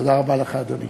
תודה רבה לך, אדוני.